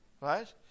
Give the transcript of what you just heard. right